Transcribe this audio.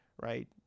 Right